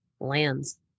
lands